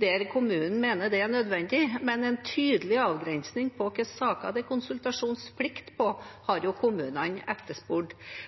der kommunen mener det er nødvendig. Men en tydelig avgrensning av hvilke saker det er konsultasjonsplikt for, har kommunene etterspurt,